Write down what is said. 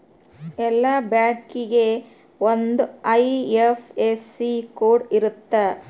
ಎಲ್ಲಾ ಬ್ಯಾಂಕಿಗೆ ಒಂದ್ ಐ.ಎಫ್.ಎಸ್.ಸಿ ಕೋಡ್ ಇರುತ್ತ